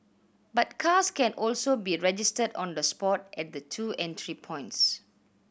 but cars can also be registered on the spot at the two entry points